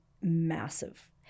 massive